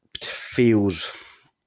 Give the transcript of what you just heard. feels